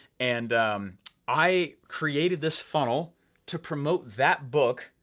and i created this funnel to promote that book,